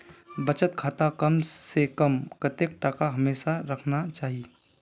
बचत खातात कम से कम कतेक टका हमेशा रहना चही?